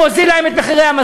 הוא הוזיל להם את המזון?